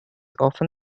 often